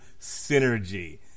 synergy